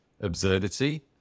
absurdity